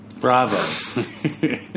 Bravo